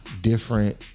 different